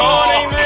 Morning